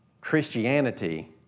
Christianity